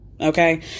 Okay